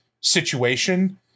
situation